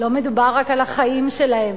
לא מדובר רק על החיים שלהם,